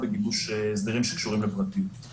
הסדרים שקשורים לפרטיות ולהיות בדיונים.